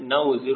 ನಾವು 0